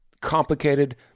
complicated